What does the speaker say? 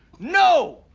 no.